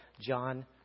John